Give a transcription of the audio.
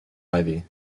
ivy